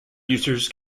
users